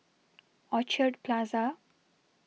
Orchard Plaza